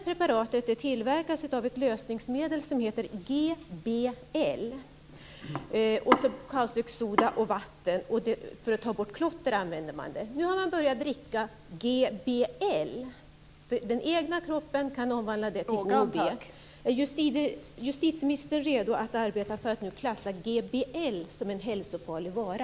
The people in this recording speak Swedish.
Preparatet tillverkas av ett lösningsmedel som heter GBL och innehåller kaustiksoda och vatten. Det används för att ta bort klotter. Nu har man börjat dricka GBL, för den egna kroppen kan omvandla det till GHB. Är justitieministern redo att arbeta för att nu klassa GBL som en hälsofarlig vara?